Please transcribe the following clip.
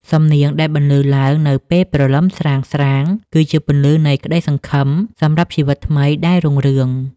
សំនៀងដែលបន្លឺឡើងនៅពេលព្រលឹមស្រាងៗ គឺជាពន្លឺនៃក្ដីសង្ឃឹមសម្រាប់ជីវិតថ្មីដែលរុងរឿង។